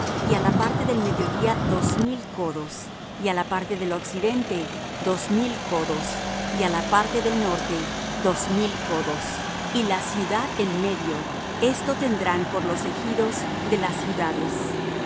á la parte del mediodía dos mil codos y á la parte del occidente dos mil codos y á la parte del norte dos mil codos y la ciudad en medio esto tendrán por los ejidos de las ciudades